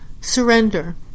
surrender